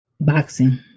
boxing